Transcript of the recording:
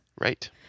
right